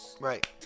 Right